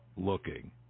looking